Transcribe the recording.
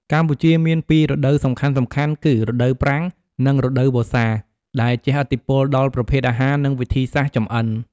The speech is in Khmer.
កម្ពុជាមានពីររដូវសំខាន់ៗគឺ រដូវប្រាំង និង រដូវវស្សា ដែលជិះឥទ្ធិពលដល់ប្រភេទអាហារ និងវិធីសាស្រ្តចម្អិន។